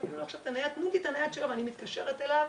אני מבקשת את הנייד שלו ואני מתקשרת אליו,